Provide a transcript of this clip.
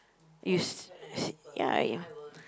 is is ya